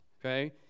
okay